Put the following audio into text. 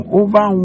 over